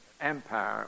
empire